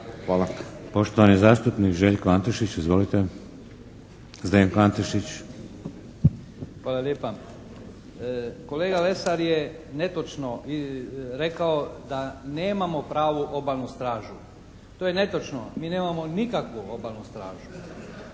Poštovani zastupnik Željko Antešić. Izvolite! Zdenko Antešić. **Antešić, Zdenko (SDP)** Hvala lijepa. Kolega Lesar je netočno rekao da nemamo pravu obalnu stražu. To je netočno. Mi nemamo nikakvu obalnu stražu